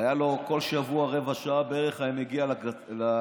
הייתה לו רבע שעה בערך, היה מגיע לקריה,